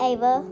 Ava